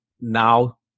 now